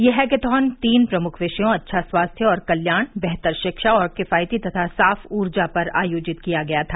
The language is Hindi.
ये हैकेथॉन तीन प्रमुख विषयों अच्छा स्वास्थ्य और कल्याण बेहतर शिक्षा और किफायती तथा साफ ऊर्जा पर आयोजित किया गया था